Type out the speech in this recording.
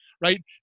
right